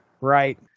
right